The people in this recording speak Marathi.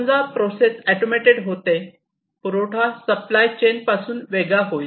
समजा प्रोसेस ऑटोमेटेड होते पुरवठा सप्लाय चेन पासून वेगळा होईल